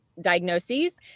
diagnoses